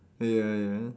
ya ya